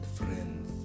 friends